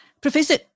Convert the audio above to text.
Professor